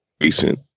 recent